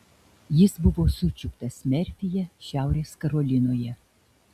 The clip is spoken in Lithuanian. jis buvo sučiuptas merfyje šiaurės karolinoje